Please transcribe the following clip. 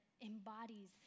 embodies